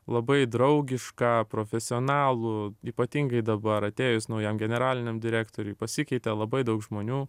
labai draugišką profesionalų ypatingai dabar atėjus naujam generaliniam direktoriui pasikeitė labai daug žmonių